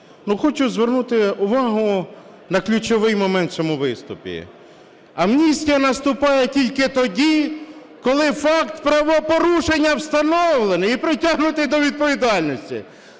хочу звернути увагу на ключовий момент в цьому виступі. Амністія наступає тільки тоді, коли факт правопорушення встановлено і притягнуто до відповідальності.